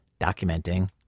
documenting